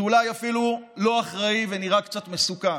זה אולי אפילו לא אחראי ונראה קצת מסוכן.